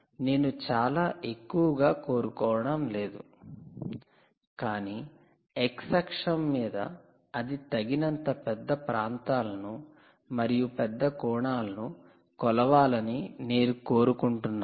నేను చాలా ఎక్కువగా కోరుకోవడం లేదు కానీ x అక్షం మీద అది తగినంత పెద్ద ప్రాంతాలను మరియు పెద్ద కోణాలను కొలవాలని నేను కోరుకుంటున్నాను